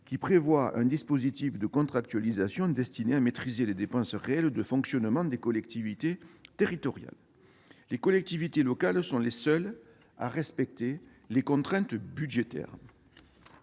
prévoit un dispositif de contractualisation destiné à maîtriser les dépenses réelles de fonctionnement des collectivités territoriales. Or celles-ci sont les seules à respecter les contraintes budgétaires